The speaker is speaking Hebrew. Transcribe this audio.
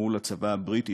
למול הצבא הבריטי,